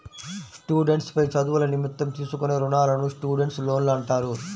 students పై చదువుల నిమిత్తం తీసుకునే రుణాలను స్టూడెంట్స్ లోన్లు అంటారు